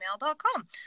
gmail.com